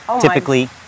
Typically